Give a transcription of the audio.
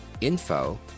info